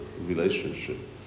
relationship